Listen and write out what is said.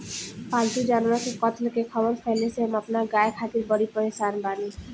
पाल्तु जानवर के कत्ल के ख़बर फैले से हम अपना गाय खातिर बड़ी परेशान बानी